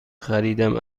خریدم